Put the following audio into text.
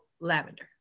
lavender